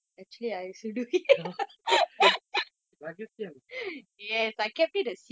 ரகசியமா:rakasiyamaa